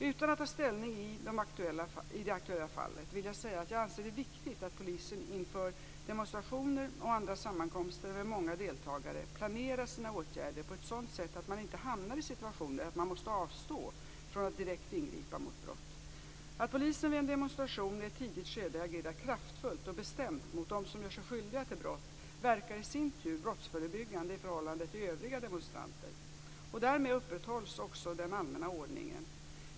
Utan att ta ställning i det aktuella fallet vill jag säga att jag anser det viktigt att polisen inför demonstrationer och andra sammankomster med många deltagare planerar sina åtgärder på ett sådant sätt att man inte hamnar i situationen att man måste avstå från att direkt ingripa mot brott. Att polisen vid en demonstration i ett tidigt skede agerar kraftfullt och bestämt mot dem som gör sig skyldiga till brott verkar i sin tur brottsförebyggande i förhållande till övriga demonstranter. Därmed upprätthålls också den allmänna ordningen.